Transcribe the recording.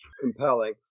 compelling